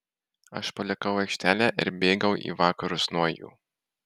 aš palikau aikštelę ir bėgau į vakarus nuo jų